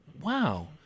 wow